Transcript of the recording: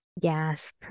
Yes